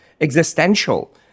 existential